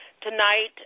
Tonight